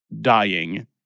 dying